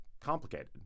complicated